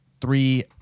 three